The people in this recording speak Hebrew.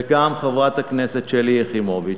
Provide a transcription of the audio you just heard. וגם חברת הכנסת שלי יחימוביץ.